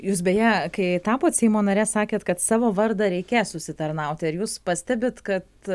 jūs beje kai tapot seimo nare sakėt kad savo vardą reikės užsitarnauti ar jūs pastebit kad